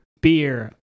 beer